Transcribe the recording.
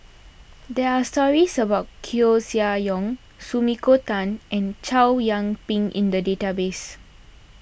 there are stories about Koeh Sia Yong Sumiko Tan and Chow Yian Ping in the database